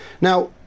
Now